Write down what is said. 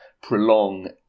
prolong